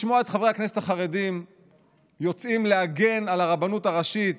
לשמוע את חברי הכנסת החרדים יוצאים להגן על הרבנות הראשית